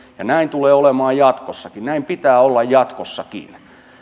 ovat näin tulee olemaan jatkossakin näin pitää olla jatkossakin